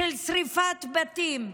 שרפת בתים,